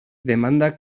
demanda